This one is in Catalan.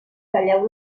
talleu